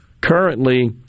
Currently